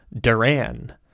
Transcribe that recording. Duran